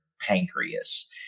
pancreas